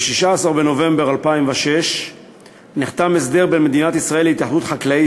1 2. ב-16 בנובמבר 2006 נחתם הסדר בין מדינת ישראל לבין התאחדות חקלאי